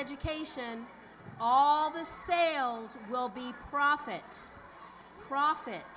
education all this sales will be profits profits